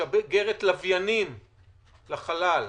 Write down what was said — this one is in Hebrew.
שמשגרת לוויינים לחלל,